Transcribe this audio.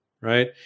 right